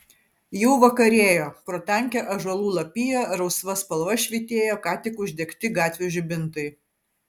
jau vakarėjo pro tankią ąžuolų lapiją rausva spalva švytėjo ką tik uždegti gatvių žibintai